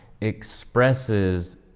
expresses